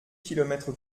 kilomètres